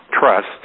trust